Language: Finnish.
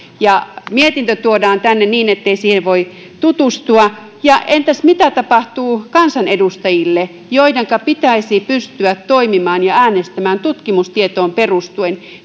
ja mietintö tuodaan tänne niin ettei siihen voi tutustua ja entäs mitä tapahtuu kansanedustajille joidenka pitäisi pystyä toimimaan ja äänestämään tutkimustietoon perustuen